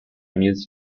music